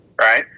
right